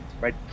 right